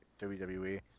WWE